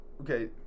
Okay